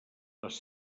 les